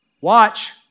Watch